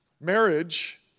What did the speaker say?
Marriage